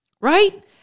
right